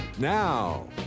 Now